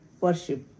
worship